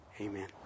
amen